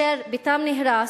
שביתם נהרס,